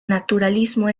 naturalismo